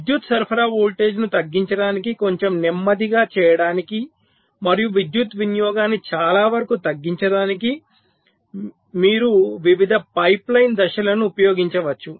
విద్యుత్ సరఫరా వోల్టేజ్ను తగ్గించడానికి కొంచెం నెమ్మదిగా చేయడానికి మరియు విద్యుత్ వినియోగాన్ని చాలా వరకు తగ్గించడానికి మీరు వివిధ పైప్లైన్ దశలను ఉపయోగించవచ్చు